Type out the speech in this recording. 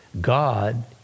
God